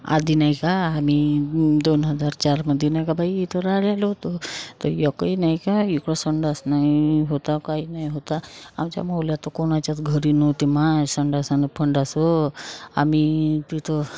आधी नाही का आम्ही दोन हजार चारमध्ये नाही का बाई इथं राहिलेलो होतो तर एकही नाही का इकडं संडास नाही होता काही नाही होता आमच्या मौल्यात कोणाच्याच घरी नव्हती मा संडास न पंडास ओ आम्ही तिथं